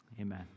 Amen